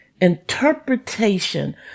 interpretation